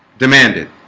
demanded